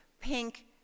pink